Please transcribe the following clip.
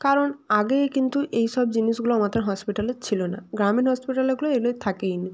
কারণ আগে কিন্তু এই সব জিনিসগুলো আমাদের হসপিটালে ছিলো না গ্রামীণ হসপিটালগুলোয় এগুলোয় থাকেই না